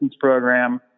program